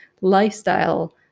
lifestyle